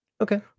Okay